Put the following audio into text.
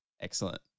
Excellent